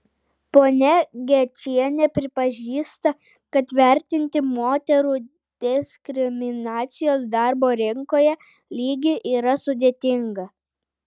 ponia gečienė pripažįsta kad vertinti moterų diskriminacijos darbo rinkoje lygį yra sudėtinga